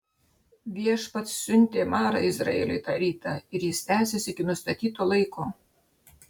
viešpats siuntė marą izraeliui tą rytą ir jis tęsėsi iki nustatyto laiko